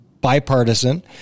bipartisan